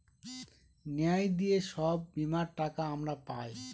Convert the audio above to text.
ন্যায় দিয়ে সব বীমার টাকা আমরা পায়